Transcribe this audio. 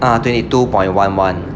uh twenty two point one one